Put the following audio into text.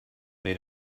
they